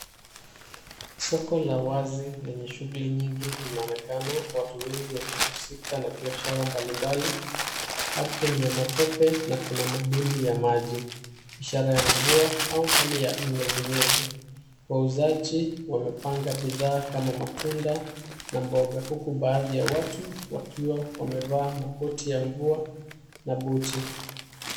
Soko la wazi lenye shughuli nyingi linaonekana watu wengi wakihusika na biashara mbalimbali, ardhi ni ya matope na kuna madimbwi ya maji. Ishara ya mvua au hali ya unyevunyevu. Wauzaji wamepanga bidhaa kama matunda na mboga huku baadhi ya watu wakiwa wamevaa makoti ya mvua na buti.